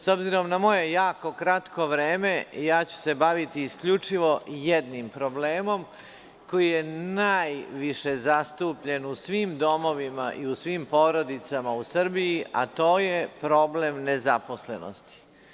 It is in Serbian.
S obzirom na moje jako kratko vreme, baviću se isključivo jednim problemom koji je najviše zastupljen u svim domovima i u svim porodicama u Srbiji, a to je problem nezaposlenosti.